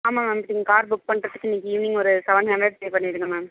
ஆமாம் மேம் நீங்கள் car book பண்ணுறது இன்னிக்கு ஈவினிங் ஒரு செவன் ஹண்ட்ரட் பே பண்ணிடுங்க மேம்